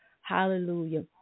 Hallelujah